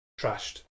trashed